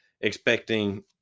expecting